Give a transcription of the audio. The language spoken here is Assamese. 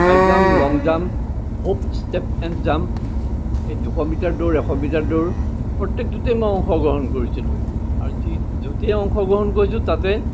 high jump long jump hop step and jump এই দুশ মিটাৰ দৌৰ এশ মিটাৰ দৌৰ প্ৰত্যেকটোতে মই অংশ গ্ৰহণ কৰিছিলোঁ আৰু যি য'তেই অংশগ্ৰহণ কৰিছো তাতে